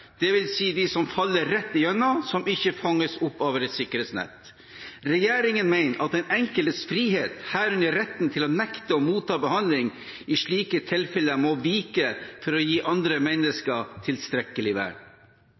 de som faller rett igjennom og ikke fanges opp av et sikkerhetsnett. Regjeringen mener at den enkeltes frihet, herunder friheten til å nekte å motta behandling, i slike tilfeller må vike for å gi andre mennesker tilstrekkelig